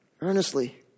Earnestly